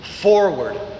forward